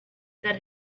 that